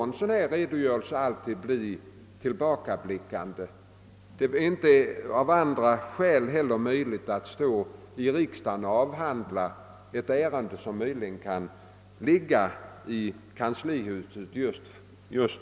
En sådan redogörelse måste alltid bli tillbakablickande, eftersom det av olika skäl inte är möjligt att i riksdagen avhandla ett ärende som eventuellt beredes i kanslihuset.